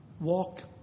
walk